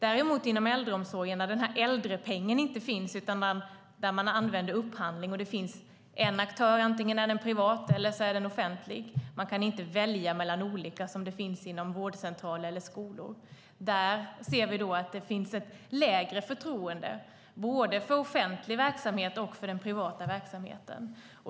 Däremot inom äldreomsorgen, där det inte finns någon äldrepeng utan där man använder upphandling och det finns en aktör, antingen privat eller offentlig, och där man inte kan välja mellan olika aktörer som när det gäller vårdcentraler och skolor, ser vi att det finns ett lägre förtroende både för den offentliga verksamheten och för den privata verksamheten.